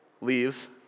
Leaves